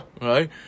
right